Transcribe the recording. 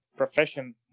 profession